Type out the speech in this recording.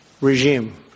regime